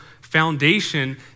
foundation